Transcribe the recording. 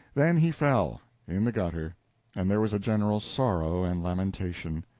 then he fell in the gutter and there was general sorrow and lamentation.